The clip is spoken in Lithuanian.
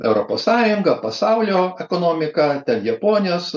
europos sąjungą pasaulio ekonomiką ten japonijos